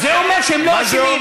זה אומר שהם לא אשמים.